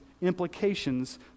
implications